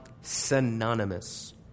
synonymous